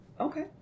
Okay